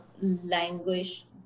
language